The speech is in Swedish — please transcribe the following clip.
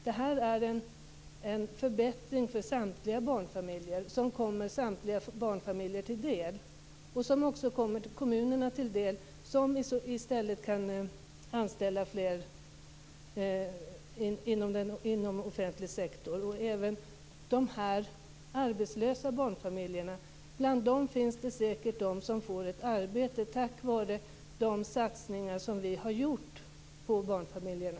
Det här är en förbättring för samtliga barnfamiljer som kommer samtliga barnfamiljer till del. Den kommer också kommunerna till del så att de kan anställa fler inom offentlig sektor. Även bland de barnfamiljer som drabbats av arbetslöshet finns säkert de som får ett arbete tack vare de satsningar som vi har gjort på barnfamiljerna.